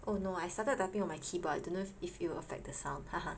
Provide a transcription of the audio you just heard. oh no I started typing on my keyboard I don't know if if it will affect the sound